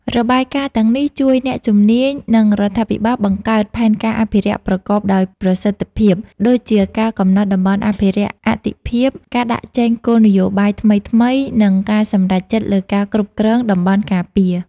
របាយការណ៍ទាំងនេះជួយអ្នកជំនាញ និងរដ្ឋាភិបាលបង្កើតផែនការអភិរក្សប្រកបដោយប្រសិទ្ធភាព ដូចជាការកំណត់តំបន់អភិរក្សអាទិភាព ការដាក់ចេញគោលនយោបាយថ្មីៗ និងការសម្រេចចិត្តលើការគ្រប់គ្រងតំបន់ការពារ។